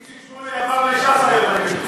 איציק שמולי עבר לש"ס היום.